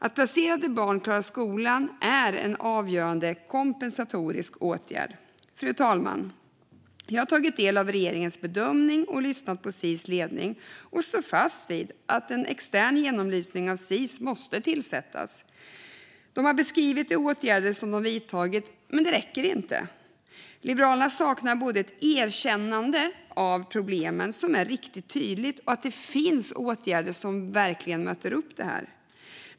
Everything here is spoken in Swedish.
Att placerade barn klarar skolan är en avgörande kompensatorisk åtgärd. Fru talman! Jag har tagit del av regeringens bedömning och lyssnat på Sis ledning, och jag står fast vid att en extern genomlysning av Sis måste göras. De har beskrivit de åtgärder de har vidtagit, men det räcker inte. Liberalerna saknar ett riktigt tydligt erkännande både av problemen och av att det finns åtgärder som möter upp detta.